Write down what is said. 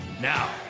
Now